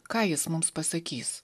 ką jis mums pasakys